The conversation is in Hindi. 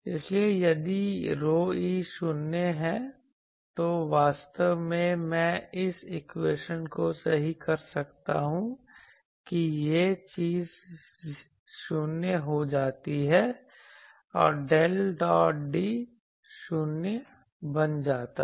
इसलिए यदि ρe 0 है तो वास्तव में मैं इस इक्वेशन को सही कर सकता हूं कि यह चीज 0 हो जाती है और डेल डॉट D 0 बन जाता है